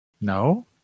no